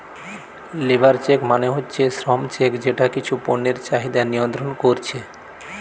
labour check মানে হচ্ছে শ্রম চেক যেটা কিছু পণ্যের চাহিদা নিয়ন্ত্রণ কোরছে